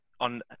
on